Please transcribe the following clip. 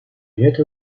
get